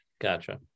Gotcha